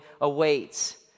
awaits